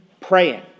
Praying